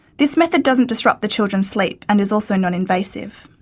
this method doesn't disrupt the children's sleep and is also non-invasive.